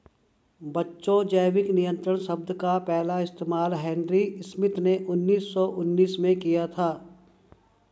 बच्चों जैविक नियंत्रण शब्द का पहला इस्तेमाल हेनरी स्मिथ ने उन्नीस सौ उन्नीस में किया था